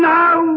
now